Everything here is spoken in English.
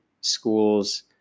schools